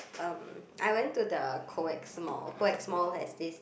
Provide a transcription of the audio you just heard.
um I went to the Coex-Mall Coex-Mall has this